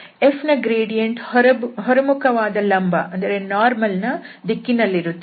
f ನ gradient ಹೊರ ಮುಖವಾದ ಲಂಬ ದ ದಿಕ್ಕಿನಲ್ಲಿರುತ್ತದೆ